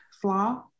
flaw